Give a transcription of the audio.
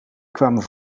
kwamen